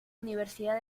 universidad